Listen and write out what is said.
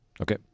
Okay